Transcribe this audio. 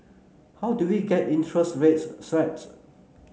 how do we get interest rate swaps